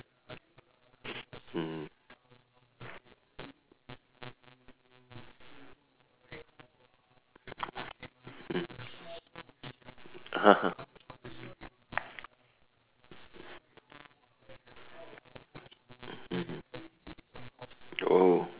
mm mmhmm (uh huh) mm oh